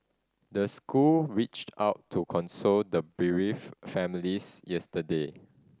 the school reached out to console the bereaved families yesterday